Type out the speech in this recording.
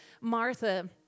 Martha